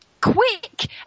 quick